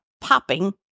popping